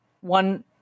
one